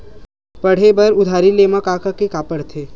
पढ़े बर उधारी ले मा का का के का पढ़ते?